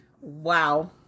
Wow